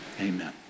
amen